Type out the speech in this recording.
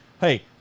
Hey